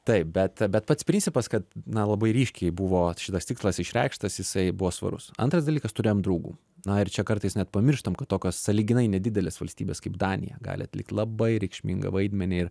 taip bet bet pats principas kad na labai ryškiai buvo šitas tikslas išreikštas jisai buvo svarus antras dalykas turėjom draugų na ir čia kartais net pamirštam kad tokios sąlyginai nedidelės valstybės kaip danija gali atlikt labai reikšmingą vaidmenį ir